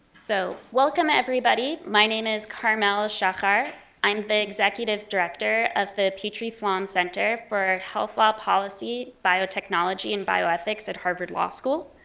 so welcome, everybody. my name is carmel shachar. i'm the executive director of the petrie-flom center for health law policy, biotechnology, and bioethics at harvard law school,